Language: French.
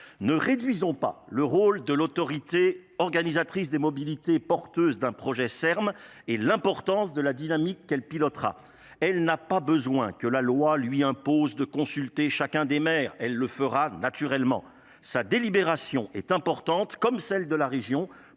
ne réduisons pas le rôle de l'autorité organisatrice des mobilités porteuses d'un projet Serm E M et l'importance de la dynamique qu'elle pilotera elle n'a pas besoin que la loi lui impose de consulter chacun des maires elle le fera naturellement sa délibération est importante comme celle de la région